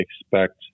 expect